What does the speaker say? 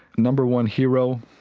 number one hero,